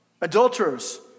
Adulterers